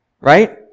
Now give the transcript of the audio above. right